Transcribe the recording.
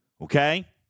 Okay